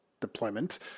deployment